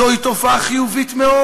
זוהי תופעה חיובית מאוד.